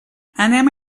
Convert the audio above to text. anem